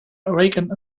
oregon